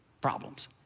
problems